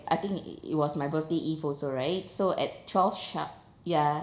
I think it was my birthday eve also right so at twelve sharp ya